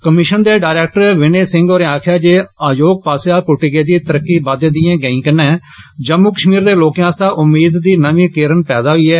commission दे director Vinay Singh होरें दस्सेआ ऐ जे आयोग पास्सेआ पुट्टी गेदी तरकी बाद्दे दिएं गेंई कन्नै जम्मू कश्मीर दे लोकें आस्तै उम्मीद दी नमीं किरन पैदा होई ऐ